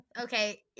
Okay